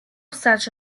such